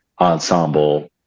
ensemble